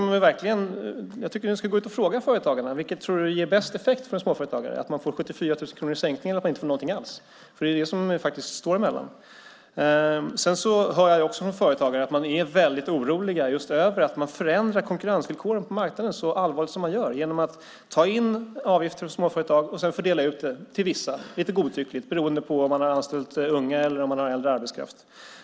Jag tycker att ni borde gå ut och fråga företagarna. Vilket tror Jan Andersson ger bäst effekt för en småföretagare, att man får 74 000 kronor i sänkning eller att man inte får någonting alls? Det är det som det står emellan. Jag hör också från företagare att de är väldigt oroliga över att man förändrar konkurrensvillkoren på marknaden så allvarligt som man gör genom att ta in avgifter från småföretag och sedan fördela dem till vissa, lite godtyckligt, beroende på om man har anställt unga eller har äldre arbetskraft.